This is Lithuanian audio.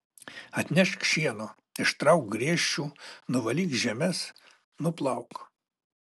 atnešk šieno išrauk griežčių nuvalyk žemes nuplauk